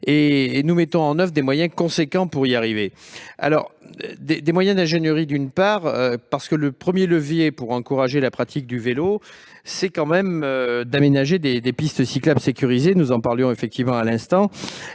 et nous mettons en oeuvre des moyens considérables pour y arriver. Il s'agit de moyens d'ingénierie, d'une part, parce que le premier levier pour encourager la pratique du vélo, c'est quand même d'aménager des pistes cyclables sécurisées. Nous en parlions à l'instant.